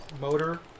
motor